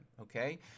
okay